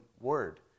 word